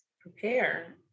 prepare